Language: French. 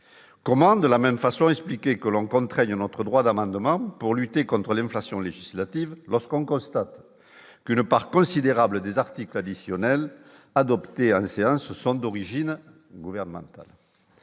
comment de la même façon, expliquer que contraignant notre droit d'amendement pour lutter contre l'inflation législative, lorsqu'on constate que le part considérable des articles additionnels adoptés, a laissé un, ce sont d'origine gouvernementale,